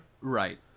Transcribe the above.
Right